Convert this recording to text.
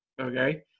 okay